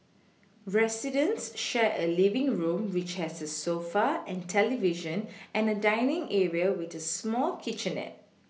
residents share a living room which has a sofa and television and a dining area with a small kitchenette